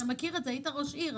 אתה מכיר את זה, היית ראש עיר.